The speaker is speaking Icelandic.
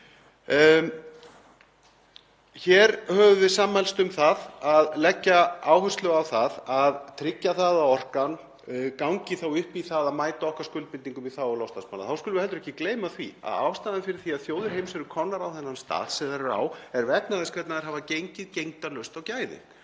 Hér höfum við sammælst um að leggja áherslu á að tryggja að orkan gangi upp í það að mæta okkar skuldbindingum í þágu loftslagsmála. Þá skulum við heldur ekki gleyma því að ástæðan fyrir því að þjóðir heims eru komnar á þennan stað sem þær eru á er vegna þess hvernig þær hafa gengið gegndarlaust á gæðin.